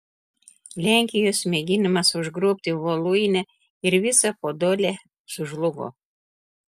lenkijos mėginimas užgrobti voluinę ir visą podolę sužlugo